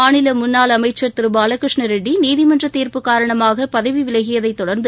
மாநில முன்னாள் அமைச்சர் திரு பாலகிருஷ்ணரெட்டி நீதிமன்ற தீர்ப்பு காரணமாக பதவி விலகியதைத் தொடர்ந்து